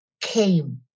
came